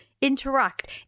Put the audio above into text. interact